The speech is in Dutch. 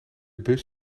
bus